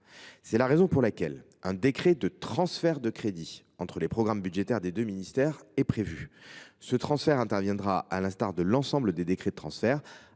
C’est la raison pour laquelle un décret de transfert de crédits entre les programmes budgétaires des deux ministères est prévu. Ce transfert interviendra, à l’instar de l’ensemble des décrets de transfert,